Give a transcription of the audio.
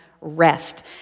rest